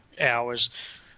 hours